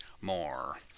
more